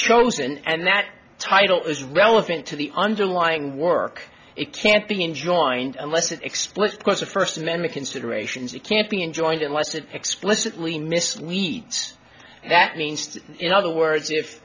chosen and that title is relevant to the underlying work it can't be enjoined unless explicit course of first amendment considerations it can't be enjoined unless it explicitly misleads that means in other words if